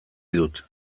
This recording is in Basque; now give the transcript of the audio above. dut